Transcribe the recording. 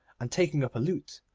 and taking up a lute,